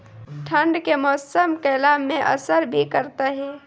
ठंड के मौसम केला मैं असर भी करते हैं?